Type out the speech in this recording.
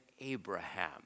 Abraham